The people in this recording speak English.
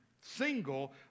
single